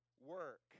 work